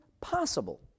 possible